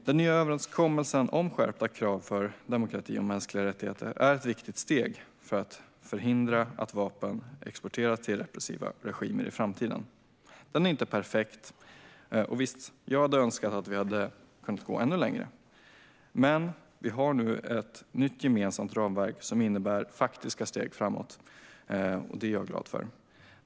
Den nya överenskommelsen om skärpta krav för demokrati och mänskliga rättigheter är ett viktigt steg för att förhindra att vapen exporteras till repressiva regimer i framtiden. Den är inte perfekt, och visst hade jag önskat att vi hade kunnat gå ännu längre. Men vi har nu ett nytt gemensamt ramverk som innebär faktiska steg framåt, och det är jag glad för.